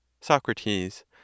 Socrates